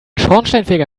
schornsteinfeger